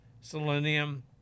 selenium